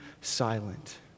silent